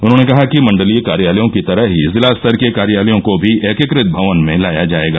उन्होंने कहा कि मण्डलीय कार्यालयों की तरह ही जिला स्तर के कार्यालयों को भी एकीकृत भवन में लाया जायेगा